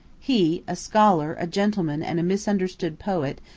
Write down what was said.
he, a scholar, a gentleman and a misunderstood poet,